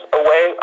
away